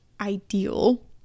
ideal